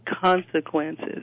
consequences